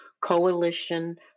Coalition